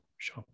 Sure